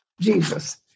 Jesus